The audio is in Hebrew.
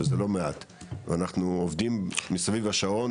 שזה לא מעט ואנחנו עובדים מסביב לשעון.